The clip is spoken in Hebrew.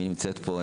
מי נמצא כאן